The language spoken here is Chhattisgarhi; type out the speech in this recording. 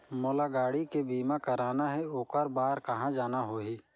मोला गाड़ी के बीमा कराना हे ओकर बार कहा जाना होही?